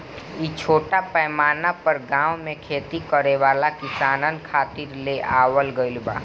इ छोट पैमाना पर गाँव में खेती करे वाला किसानन खातिर ले आवल गईल बा